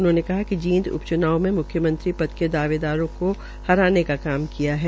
उन्होंने कहा कि श्रींद उप चूनाव मे मुख्यमंत्री पद के दावेदारों को हटाने का काम किया है